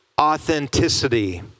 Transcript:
Authenticity